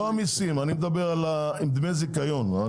לא המיסים, אני מדבר על דמי הזיכיון.